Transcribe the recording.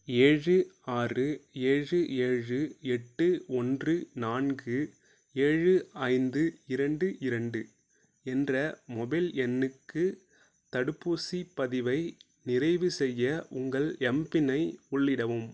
ஏழு ஆறு ஏழு ஏழு எட்டு ஒன்று நான்கு ஏழு ஐந்து இரண்டு இரண்டு என்ற மொபைல் எண்ணுக்கு தடுப்பூசிப் பதிவை நிறைவுசெய்ய உங்கள் எம்பின்னை உள்ளிடவும்